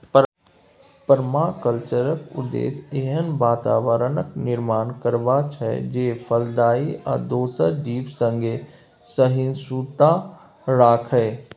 परमाकल्चरक उद्देश्य एहन बाताबरणक निर्माण करब छै जे फलदायी आ दोसर जीब संगे सहिष्णुता राखय